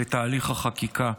את תהליך החקיקה,